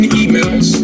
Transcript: emails